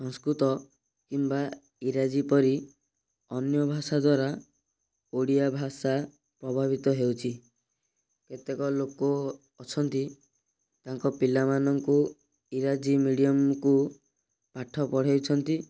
ସଂସ୍କୃତ କିମ୍ବା ଇଂରାଜୀ ପରି ଅନ୍ୟ ଭାଷା ଦ୍ୱାରା ଓଡ଼ିଆ ଭାଷା ପ୍ରଭାବିତ ହେଉଛି କେତେକ ଲୋକ ଅଛନ୍ତି ତାଙ୍କ ପିଲାମାନଙ୍କୁ ଇଂରାଜୀ ମିଡ଼ିୟମକୁ ପାଠ ପଢ଼େଇଛନ୍ତି